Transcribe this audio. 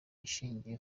ishingiye